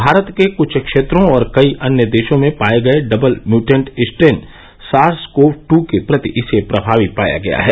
भारत के कुछ क्षेत्रों और कई अन्य देशों में पाए गए double mutant strain SARS CoV two के प्रति इसे प्रभावी पाया गया है